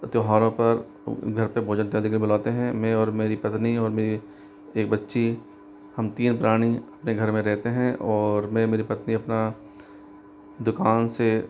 त्यौहारों पर घर पे भोजन इत्यादि के लिए बुलातें हैं मैं और मेरी पत्नी और मेरी बच्ची हम तीन प्राणी अपने घर में रहते हैं और मैं और मेरी पत्नी अपना दुकान से